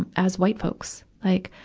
and as white folks? like,